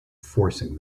forcing